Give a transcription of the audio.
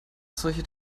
solche